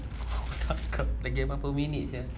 kerja berapa minit sia